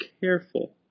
careful